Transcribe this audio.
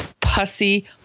pussy